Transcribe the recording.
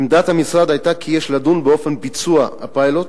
עמדת המשרד היתה שיש לדון באופן ביצוע הפיילוט,